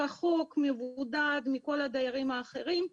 רחוק ומבודד מכל הדיירים האחרים.